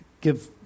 give